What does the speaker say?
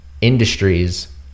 industries